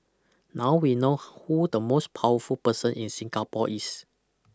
now we know who the most powerful person in Singapore is